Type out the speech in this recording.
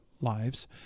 lives